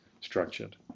structured